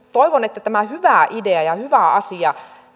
toivon että tämä hyvä idea ja hyvä asia